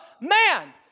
man